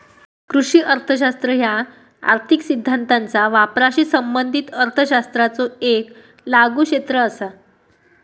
कृषी अर्थशास्त्र ह्या आर्थिक सिद्धांताचा वापराशी संबंधित अर्थशास्त्राचो येक लागू क्षेत्र असा